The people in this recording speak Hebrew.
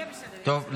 יהיה בסדר, יהיה בסדר.